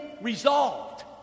resolved